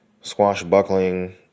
squash-buckling